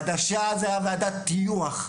זו הייתה ועדת טיוח.